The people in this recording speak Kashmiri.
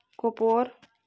کۄپوور